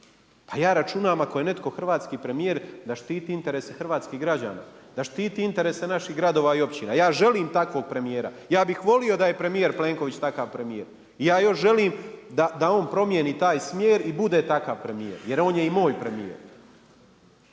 Pa ja računam ako je netko hrvatski premijer da štiti interese hrvatskih građana, da štiti interese naših gradova i općina. Ja želim takvog premijera, ja bih volio da je premijer Plenković takav premijer. I ja još želim da on promijeni taj smjer i bude takav premijer jer on je i moj premijer